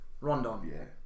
Rondon